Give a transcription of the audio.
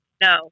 No